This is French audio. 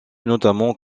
notamment